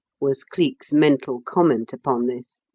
was cleek's mental comment upon this.